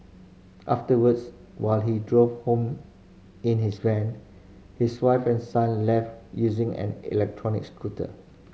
afterwards while he drove home in his van his wife and son left using an electric scooter